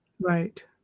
right